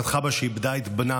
שאיבדה את בנה